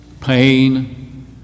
pain